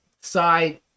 side